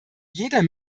jeder